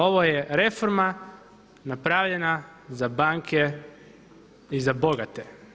Ovo je reforma napravljena za banke i za bogate.